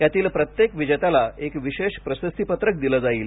यातील प्रत्येक विजेत्याला एक विशेष प्रशस्तीपत्रक दिले जाईल